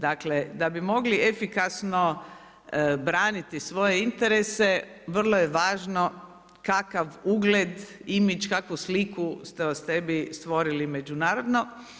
Dakle, da bi mogli efikasno braniti svoje interese vrlo je važno kakav ugled, imidž, kakvu sliku ste o sebi stvorili međunarodno.